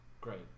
great